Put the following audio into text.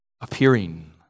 appearing